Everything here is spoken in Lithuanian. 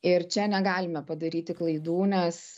ir čia negalime padaryti klaidų nes